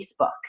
Facebook